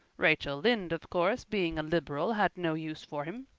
rachel lynde, of course, being a liberal, had no use for him.